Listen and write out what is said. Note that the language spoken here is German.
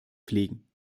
pflegen